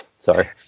Sorry